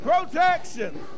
Protection